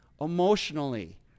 emotionally